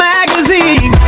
Magazine